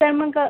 तर मग